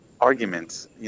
arguments